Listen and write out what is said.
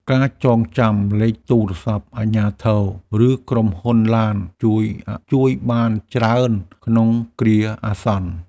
ការចងចាំលេខទូរស័ព្ទអាជ្ញាធរ ឬក្រុមហ៊ុនឡាន ជួយបានច្រើនក្នុងគ្រាអាសន្ន។